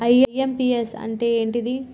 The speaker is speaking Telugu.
ఐ.ఎమ్.పి.యస్ అంటే ఏంటిది?